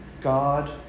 God